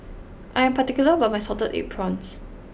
I am particular about my salted egg prawns